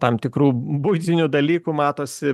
tam tikrų buitinių dalykų matosi